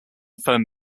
firm